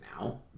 now